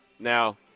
Now